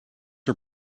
are